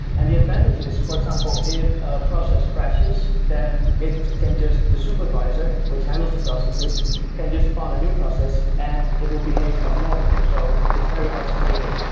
and the advantage is for example, if ah process crashes, then it can just the supervisor, which handles the processes can just spawn a new process and it will behave like normal. so it's very isolated.